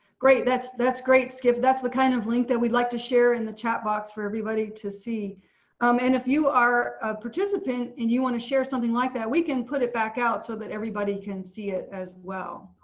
great, that's, that's great. skip. that's the kind of link that we'd like to share in the chat box for everybody to see. um and if you are a participant and you want to share something like that we can put it back out so that everybody can see it as well.